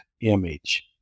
image